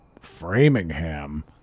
Framingham